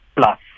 plus